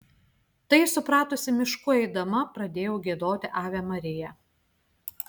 tai supratusi mišku eidama pradėjau giedoti ave maria